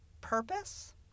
purpose